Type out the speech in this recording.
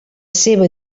seva